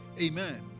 Amen